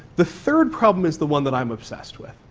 the third problem is the one that i am obsessed with,